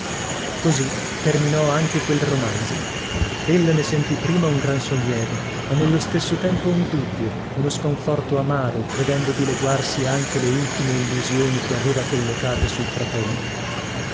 così terminò anche quel romanzo ella ne sentì prima un gran sollievo ma nello stesso tempo un dubbio uno sconforto amaro vedendo dileguarsi anche le ultime illusioni che aveva collocate sul fratello